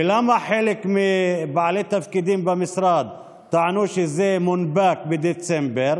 ולמה חלק מבעלי התפקידים במשרד טענו שזה מונפק בדצמבר,